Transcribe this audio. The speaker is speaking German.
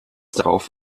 darauf